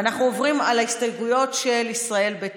ואנחנו עוברים להסתייגויות של חברי